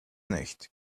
nicht